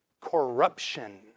corruption